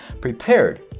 prepared